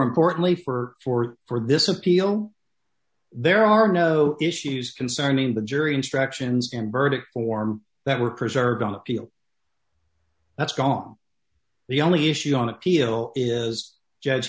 importantly for for for this appeal there are no issues concerning the jury instructions and verdict form that were preserved on appeal that's gone the only issue on appeal is judge